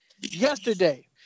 yesterday